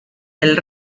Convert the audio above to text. del